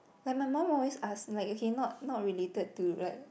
then my mum always ask like okay not not related to like